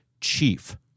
chief